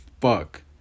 fuck